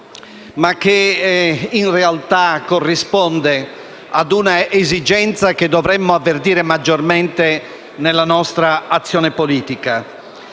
ma che in realtà corrisponde a un'esigenza che dovremmo avvertire maggiormente nella nostra azione politica.